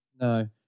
No